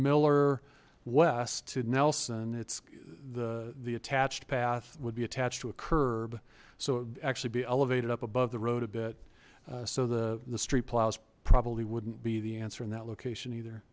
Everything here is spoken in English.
miller west to nelson it's the the attached path would be attached to a curb so actually be elevated up above the road a bit so the the street plows probably wouldn't be the answer in that location either